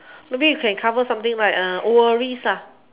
maybe we can cover something like worries